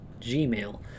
Gmail